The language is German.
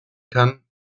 kann